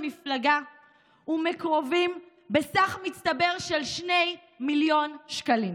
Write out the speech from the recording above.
למפלגה ולמקורבים בסך מצטבר של 2 מיליון שקלים.